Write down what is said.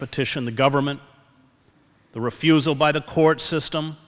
petition the government the refusal by the court system